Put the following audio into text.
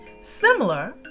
Similar